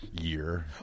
year